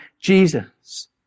Jesus